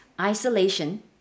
Isolation